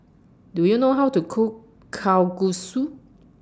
Do YOU know How to Cook Kalguksu